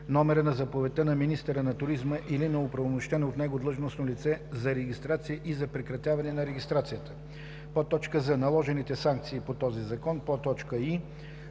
номера на заповедта на министъра на туризма или на оправомощено от него длъжностно лице за регистрация и за прекратяване на регистрацията; з) наложените санкции по този закон; и)